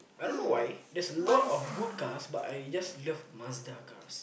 I don't know why there's a lot of good cars but I just love Mazda cars